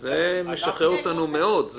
זה משחרר אותנו מאוד.